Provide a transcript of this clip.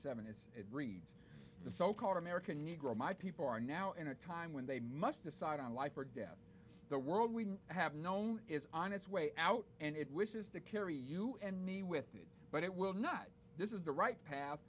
seven is it reads the so called american negro my people are now in a time when they must decide on life or death the world we have known is on its way out and it wishes to carry you and me with it but it will not this is the right path